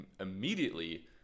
immediately